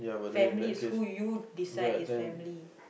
family is who you decide is family